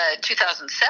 2007